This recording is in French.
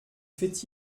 fait